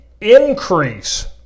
increase